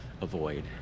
avoid